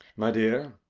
my dear.